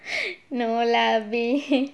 no lah erby